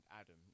Adam